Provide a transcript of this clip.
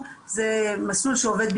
לאיזה משרדים,